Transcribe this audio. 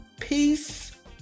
Peace